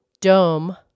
dome